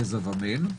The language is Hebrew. גזע ומין.